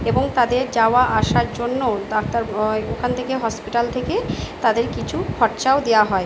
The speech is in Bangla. এবং তাদের যাওয়া আসার জন্যও ডাক্তার ওখান থেকে হসপিটাল থেকে তাদের কিছু খরচাও দেওয়া হয়